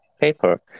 paper